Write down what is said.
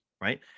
Right